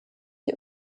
die